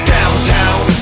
Downtown